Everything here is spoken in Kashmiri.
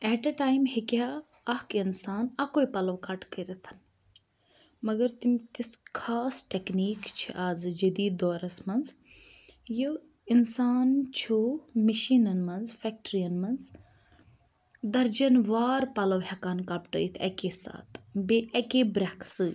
ایٹ اےٚ ٹایِم ہیٚکہِ ہا اَکھ اِنسان اَکُے پَلو کَٹ کٔرِتھ مَگَر تِم تِژھ خاص ٹیٚکنیک چھِ آزٕ جٔدید دورَس منٛز یہِ اِنسان چھُ مِشینَن منٛز فیٚکٹرین منٛز دَرجَن وار پَلو ہیٚکان کَپٹٲیِتھ اکے ساتہٕ بیٚیہ اکے بَریٚکھ سۭتۍ